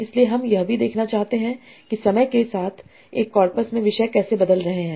इसलिए हम यह भी देखना चाहते हैं कि समय के साथ एक कॉर्पस में विषय कैसे बदल रहे हैं